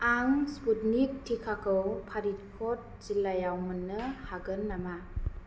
आं स्पुटनिक टिकाखौ फारिकड जिल्लायाव मोन्नो हागोन नामा